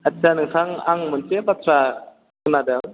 आदसा नोंथां आं मोनसे बाथ्रा खोनादों